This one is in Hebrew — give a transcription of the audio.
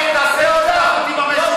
לעולם.